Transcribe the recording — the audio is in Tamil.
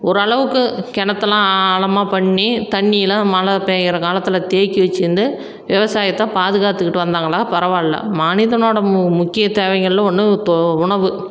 ஒரு அளவுக்கு கிணத்தலாம் ஆழமா பண்ணி தண்ணியெலாம் மழை பெய்கிற காலத்தில் தேக்கி வச்சிருந்து விவசாயத்தை பாதுகாத்துக்கிட்டு வந்தாங்களா பரவாயில்ல மனிதனோட மு முக்கிய தேவைங்கள்ல ஒன்று தொ உணவு